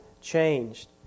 changed